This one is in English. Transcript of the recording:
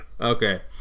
Okay